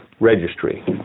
Registry